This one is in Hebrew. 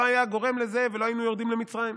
היה גורם לזה ולא היינו יורדים למצרים,